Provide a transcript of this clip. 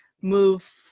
move